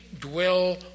dwell